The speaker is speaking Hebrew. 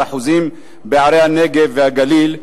ל-13% בערי הנגב והגליל,